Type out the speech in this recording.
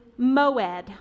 moed